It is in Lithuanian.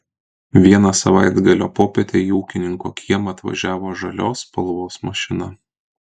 vieną savaitgalio popietę į ūkininko kiemą atvažiavo žalios spalvos mašina